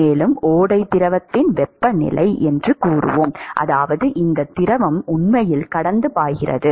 மேலும் ஓடை திரவத்தின் வெப்பநிலை என்று கூறுவோம் அதாவது இந்த திரவம் உண்மையில் கடந்த பாய்கிறது